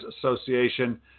association